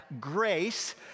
grace